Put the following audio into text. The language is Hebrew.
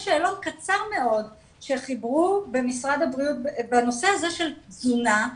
יש שאלון קצר מאוד שחיברו במשרד הבריאות בנושא של תזונה,